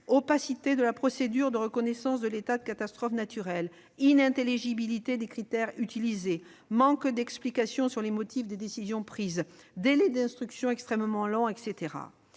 opacité de la procédure de reconnaissance de l'état de catastrophe naturelle, inintelligibilité des critères utilisés, manque d'explications sur les motifs des décisions prises, délais d'instruction extrêmement longs, etc.